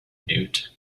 newt